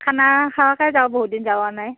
খানা খোৱাকৈ যাওঁ বহুত দিন যোৱা নাই